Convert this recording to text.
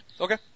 Okay